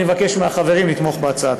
אני מבקש מהחברים לתמוך בהצעה.